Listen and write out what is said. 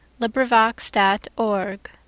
LibriVox.org